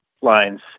lines